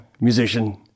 musician